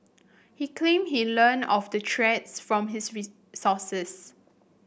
he claimed he learnt of the threats from his resources